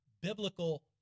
biblical